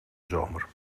zomer